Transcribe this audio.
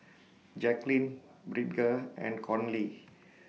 Jacqueline Bridger and Conley